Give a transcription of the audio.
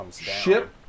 ship